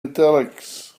italics